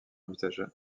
envisagea